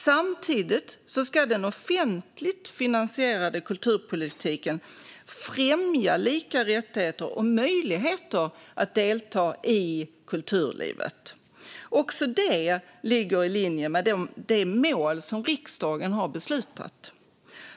Samtidigt ska den offentligt finansierade kulturpolitiken främja lika rättigheter och möjligheter att delta i kulturlivet. Också det ligger i linje med de mål som riksdagen har beslutat.